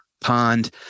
pond